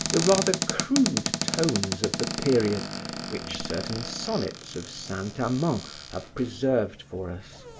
the rather crude tones of the period which certain sonnets of saint-amand have preserved for us.